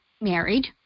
married